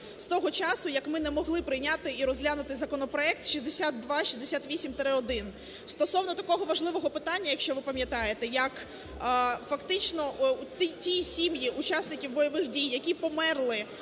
з того часу, як ми не могли прийняти і розглянути законопроект 6268-1. Стосовно такого важливого питання, якщо ви пам'ятаєте, як фактично, ті сім'ї учасників бойових дій, які померли